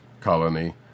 colony